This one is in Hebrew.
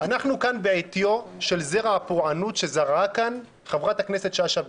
אנחנו כאן בעטיו של זרע הפורענות שזרעה כאן חברת הכנסת שאשא-ביטון.